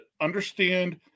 understand